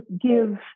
give